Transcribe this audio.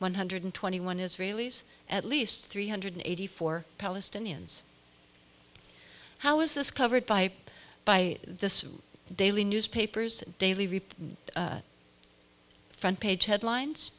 one hundred twenty one israelis at least three hundred eighty four palestinians how is this covered by by the daily newspapers daily reap front page headlines